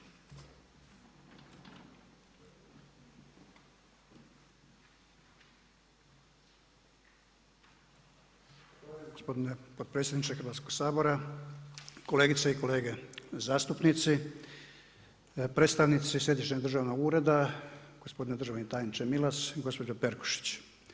Zahvaljujem gospodine potpredsjedniče Hrvatskoga sabora, kolegice i kolege zastupnici, predstavnici Središnjeg državnog ureda, gospodine državni tajniče Milas i gospođo Perkušić.